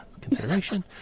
consideration